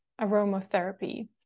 aromatherapy